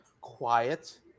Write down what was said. quiet